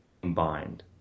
combined